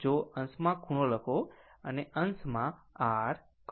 જો અંશમાં ખૂણો લખો અને અંશમાં r કરો